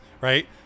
right